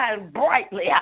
brightly